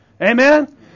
Amen